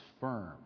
firm